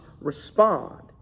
respond